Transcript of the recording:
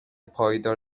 پایدار